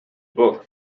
book